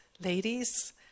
ladies